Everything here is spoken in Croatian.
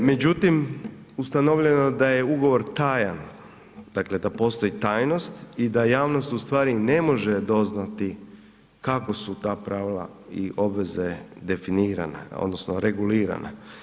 Međutim, ustanovljeno je da je ugovor tajan, dakle da postoji tajnost i da javnost u stvari ne može doznati kako su ta prava i obveze definirane odnosno regulirane.